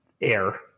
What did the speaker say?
air